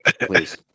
please